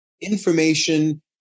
information